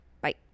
Bye